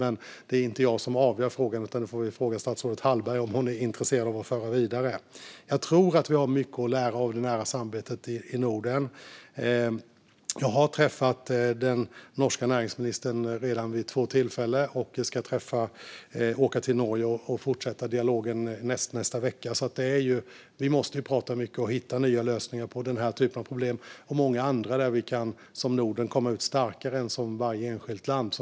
Men det är inte jag som avgör frågan, utan vi får fråga statsrådet Hallberg om hon är intresserad av att föra detta vidare. Jag tror att vi har mycket att lära av det nära samarbetet i Norden. Jag har redan träffat den norske näringsministern vid två tillfällen, och jag ska åka till Norge och fortsätta dialogen nästnästa vecka. Vi måste prata mycket och hitta nya lösningar på den här typen av problem - och många andra där vi som Norden kan komma ut starkare än som varje enskilt land.